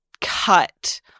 cut